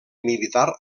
militar